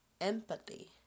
empathy